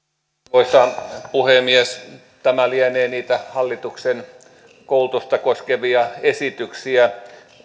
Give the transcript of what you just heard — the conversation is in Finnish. arvoisa puhemies tämä lienee niitä hallituksen koulutusta koskevia esityksiä